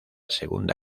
segunda